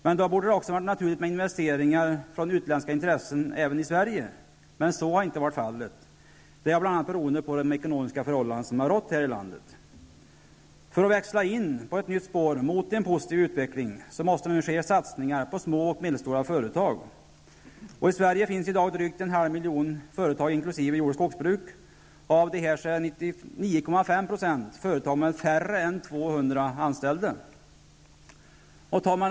Men då borde det också vara naturligt med utländska intressens investeringar i Sverige. Men så har inte varit fallet. Det beror bl.a. på de ekonomiska förhållanden som har rått här i landet. För att växla in på ett nytt spår, mot en positiv utveckling måste satsningar nu ske på små och medelstora företag. I Sverige finns i dag drygt en halv miljon företag, inkl. jord och skogsbruk. Av dessa är 99,5 % företag med färre än 200 anställda.